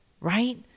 right